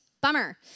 Bummer